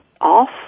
off